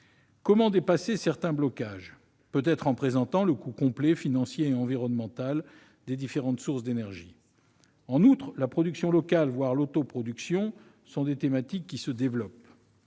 Comment dépasser certains blocages ? Peut-être en présentant le coût complet, financier et environnemental, des différentes sources d'énergie. En outre, la production locale, voire l'autoproduction sont des thématiques qui se développent.